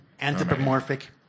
anthropomorphic